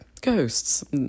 ghosts